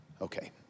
Okay